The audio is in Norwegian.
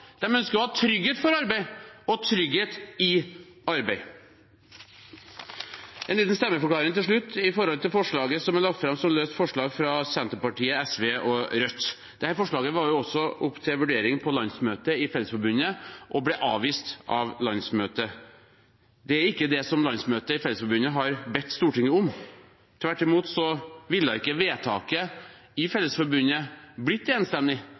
ønsker å ha trygghet for arbeid og trygghet i arbeid. En liten stemmeforklaring til slutt om forslaget som er lagt fram som løst forslag fra Senterpartiet, SV og Rødt. Dette forslaget var også oppe til vurdering på landsmøtet i Fellesforbundet, og ble avvist av landsmøtet. Det er ikke det som landsmøtet i Fellesforbundet har bedt Stortinget om. Tvert imot ville ikke vedtaket i Fellesforbundet blitt enstemmig